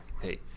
hey